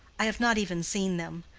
i have not even seen them.